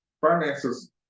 finances